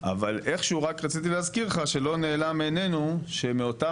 אבל איכשהו רק רציתי להזכיר לך שלא נעלם מעינינו שמאותם